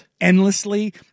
endlessly